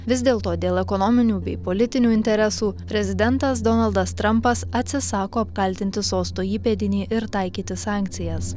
vis dėlto dėl ekonominių bei politinių interesų prezidentas donaldas trampas atsisako apkaltinti sosto įpėdinį ir taikyti sankcijas